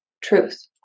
Truth